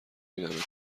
بینمتون